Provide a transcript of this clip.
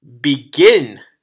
begin